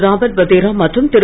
Robert Vadra மற்றும் திரு